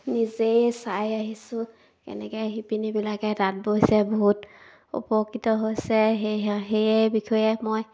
নিজেই চাই আহিছোঁ কেনেকৈ শিপিনীবিলাকে তাঁত বৈছে বহুত উপকৃত হৈছে সেয়েহে সেয়ে বিষয়ে মই